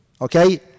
Okay